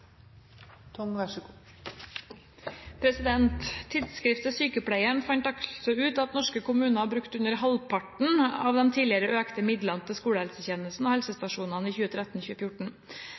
Sykepleien fant ut at norske kommuner brukte under halvparten av de tidligere økte midlene til skolehelsetjenesten og helsestasjonene i 2013–2014. Det er alvorlig. Nå står vi overfor den samme situasjonen igjen, for i november 2014